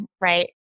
right